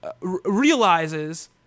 realizes